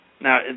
Now